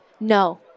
No